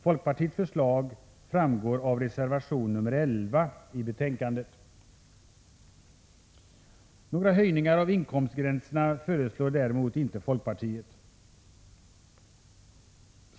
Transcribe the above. Folkpartiets förslag framgår av reservation nr 11:i betänkandet. Några höjningar av inkomstgränserna föreslår däremot inte folkpartiet. Herr talman!